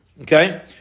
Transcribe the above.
Okay